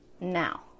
Now